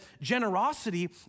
generosity